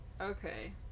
Okay